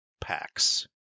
packs